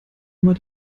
immer